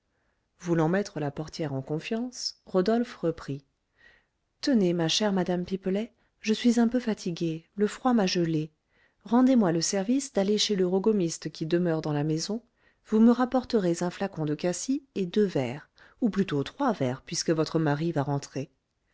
voulant mettre la portière en confiance rodolphe reprit tenez ma chère madame pipelet je suis un peu fatigué le froid m'a gelé rendez-moi le service d'aller chez le rogomiste qui demeure dans la maison vous me rapporterez un flacon de cassis et deux verres ou plutôt trois verres puisque votre mari va rentrer